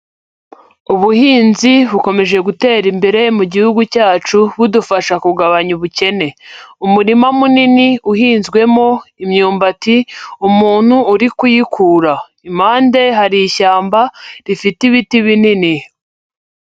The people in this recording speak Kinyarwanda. Ubuhinzi bukomeje gutera imbere mu gihugu cyacu budufasha kugabanya ubukene, umurima munini uhinzwemo imyumbati, umuntu uri kuyikura, impande hari ishyamba rifite ibiti binini.